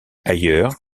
ailleurs